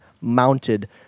mounted